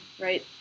right